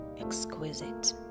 exquisite